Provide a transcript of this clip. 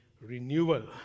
renewal